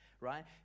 Right